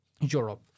Europe